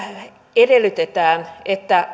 edellytetään että